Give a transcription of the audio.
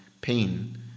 pain